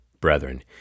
Brethren